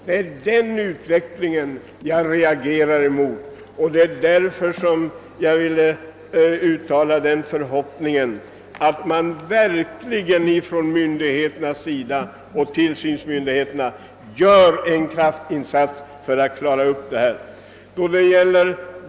Det är denna ut veckling jag reagerar mot, och det är därför jag vill uttala den förhoppningen att tillsynsmyndigheterna verkligen gör en kraftinsats för att klara upp situationen.